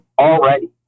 already